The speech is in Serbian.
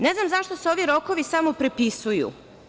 Ne znam zašto se ovi rokovi samo prepisuju.